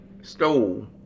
stole